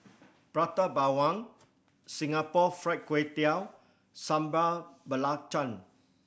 Prata Bawang Singapore Fried Kway Tiao Sambal Belacan